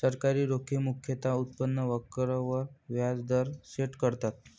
सरकारी रोखे मुख्यतः उत्पन्न वक्र वर व्याज दर सेट करतात